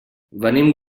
venim